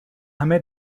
همه